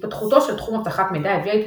התפתחותו של תחום אבטחת מידע הביאה איתה